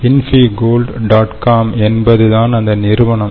இன்பிகோல்டு dot com என்பதுதான் அந்த நிறுவனம்